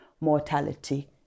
mortality